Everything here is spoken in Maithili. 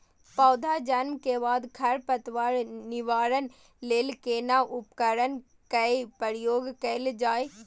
पौधा जन्म के बाद खर पतवार निवारण लेल केना उपकरण कय प्रयोग कैल जाय?